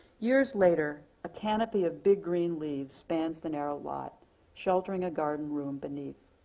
years later, a canopy of big green leaves spans the narrow lot sheltering a garden room beneath,